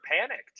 panicked